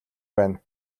байна